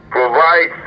Provide